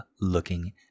looking